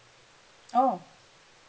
oh